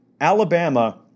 Alabama